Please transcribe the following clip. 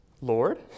Lord